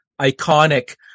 iconic